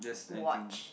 watch